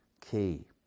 key